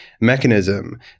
mechanism